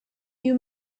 you